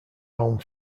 home